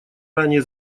ранее